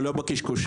ולא בקשקושים.